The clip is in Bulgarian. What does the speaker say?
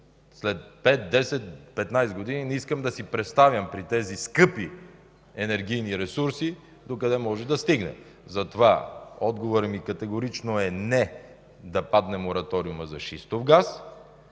След 5-10-15 години не искам да си представям при тези скъпи енергийни ресурси докъде може да се стигне. Затова отговорът ми категорично е: не, да падне мораториумът за шистов газ.